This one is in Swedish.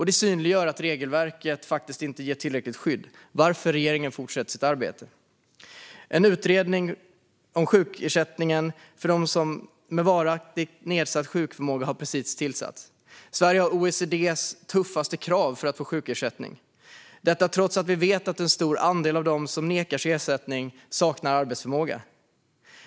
Det synliggör att regelverket inte ger tillräckligt skydd. Därför fortsätter regeringen med sitt arbete. En utredning om sjukersättning för dem med varaktigt nedsatt arbetsförmåga har precis tillsatts. Sverige har OECD:s tuffaste krav för att få sjukersättning, trots att vi vet att en stor andel av dem som nekas ersättning saknar arbetsförmåga.